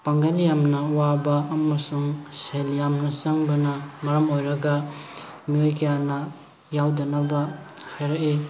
ꯄꯥꯡꯒꯜ ꯌꯥꯝꯅ ꯋꯥꯕ ꯑꯃꯁꯨꯡ ꯁꯦꯜ ꯌꯥꯝꯅ ꯆꯪꯕꯅ ꯃꯔꯝ ꯑꯣꯏꯔꯒ ꯃꯤꯑꯣꯏ ꯀꯌꯥꯅ ꯌꯥꯎꯗꯅꯕ ꯍꯥꯏꯔꯛꯏ